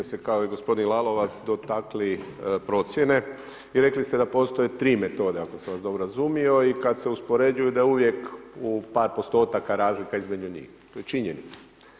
Vi ste se kao i gospodin Lalovac dotakli procjene i rekli ste da postoje tri metode ako sam vas dobro razumio i kada se uspoređuju da je uvijek u par postotaka razlika između njih, to je činjenica.